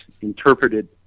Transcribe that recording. interpreted